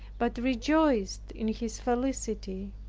but rejoiced in his felicity.